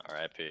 RIP